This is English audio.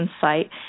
site